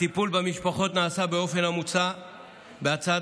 הטיפול במשפחות נעשה באופן המוצע בהצעת